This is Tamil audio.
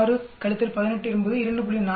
6 18 என்பது 2